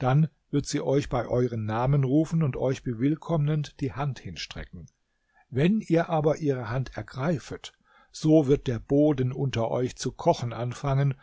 dann wird sie euch bei euren namen rufen und euch bewillkommnend die hand hinstrecken wenn ihr aber ihre hand ergreifet so wird der boden unter euch zu kochen anfangen